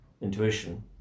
intuition